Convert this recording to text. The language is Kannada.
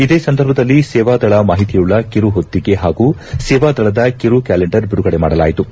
ಇದೇ ಸಂದರ್ಭದಲ್ಲಿ ಸೇವಾದಳ ಮಾಹಿತಿಯುಳ್ಳ ಕಿರು ಹೊತ್ತಿಗೆ ಹಾಗೂ ಸೇವಾದಳದ ಕಿರು ಕ್ಯಾಲೆಂಡರ್ ಬಿಡುಗಡೆ ಮಾಡಲಾಯಿತು